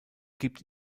gibt